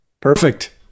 Perfect